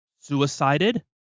suicided